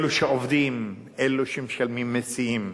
אלו שעובדים, אלו שמשלמים מסים,